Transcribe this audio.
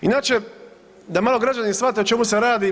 Inače da malo građani shvate o čemu se radi.